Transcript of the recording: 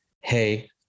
Hey